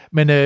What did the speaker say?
Men